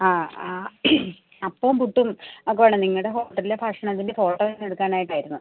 ആ ആ അപ്പവും പുട്ടും ആക്കുവാണോ നിങ്ങളുടെ ഹോട്ടലിലെ ഭഷ്ണത്തിൻ്റെ ഫോട്ടോ ഒന്ന് എടുക്കാനായിട്ടായിരുന്നു